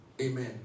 Amen